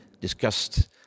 discussed